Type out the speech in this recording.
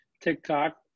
TikTok